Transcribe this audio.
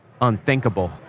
unthinkable